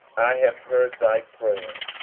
i have heard thy prayer,